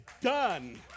done